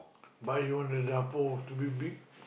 buy one reservoir big big